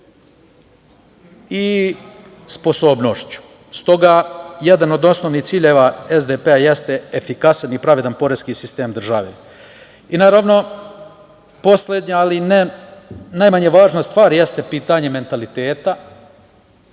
i sposobnošću. Stoga, jedan od osnovnih ciljeva SDP jeste efikasan i pravedan poreski sistem države. Naravno, poslednja, ali ne najmanje važna stvar, jeste pitanje mentaliteta.